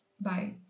bye